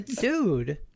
dude